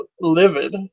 livid